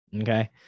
okay